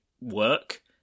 work